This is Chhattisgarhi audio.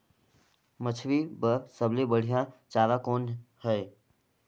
मछरी बर सबले बढ़िया चारा कौन हे?